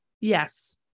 Yes